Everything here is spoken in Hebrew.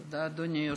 תודה, אדוני היושב-ראש.